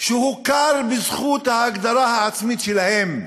והוכרו בזכות ההגדרה העצמית שלהם.